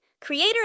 creator